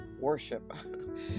worship